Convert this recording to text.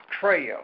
Trail